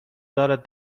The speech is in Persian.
دارد